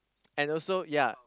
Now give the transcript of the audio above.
and also ya